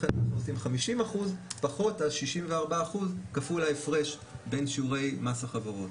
לכן אנחנו עושים 50% פחות ה-64% כפול ההפרש בין שיעורי מס החברות.